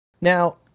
Now